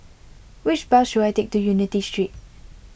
which bus should I take to Unity Street